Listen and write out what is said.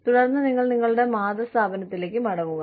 തുടർന്ന് നിങ്ങൾ നിങ്ങളുടെ മാതൃ സ്ഥാപനത്തിലേക്ക് മടങ്ങുക